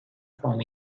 from